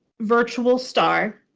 virtual star,